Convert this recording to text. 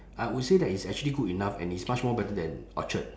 I would say that it's actually good enough and it's much more better than orchard